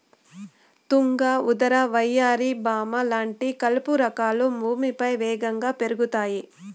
తుంగ, ఉదర, వయ్యారి భామ లాంటి కలుపు రకాలు భూమిపైన వేగంగా పెరుగుతాయి